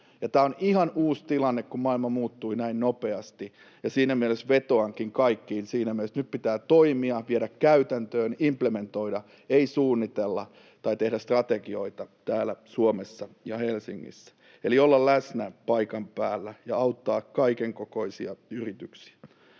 Tämä on ihan uusi tilanne, kun maailma muuttui näin nopeasti, ja siinä mielessä vetoankin kaikkiin siinä mielessä, että nyt pitää toimia, viedä käytäntöön, implementoida, ei suunnitella tai tehdä strategioita täällä Suomessa ja Helsingissä — eli pitää olla läsnä paikan päällä ja auttaa kaiken kokoisia yrityksiä.